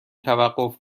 توقف